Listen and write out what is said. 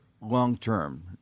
long-term